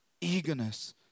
Eagerness